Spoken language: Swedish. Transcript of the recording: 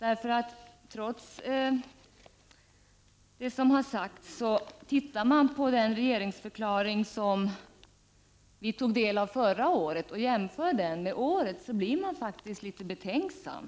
Trots det som har sagts blir man faktiskt, om man studerar regeringsförklaringen som vi tog del av förra året och jämför den med årets, litet betänksam.